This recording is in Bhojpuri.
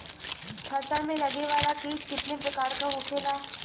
फसल में लगे वाला कीट कितने प्रकार के होखेला?